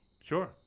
sure